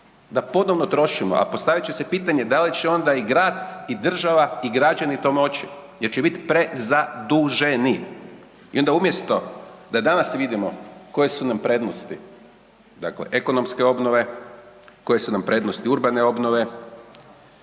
da ponovno trošimo, a postavit će se pitanje da li će onda i grad i država i građani to moći jer će bit prezaduženi. I onda umjesto da danas vidimo koje su nam prednosti, dakle ekonomske obnove, koje su nam prednosti urbane obnove,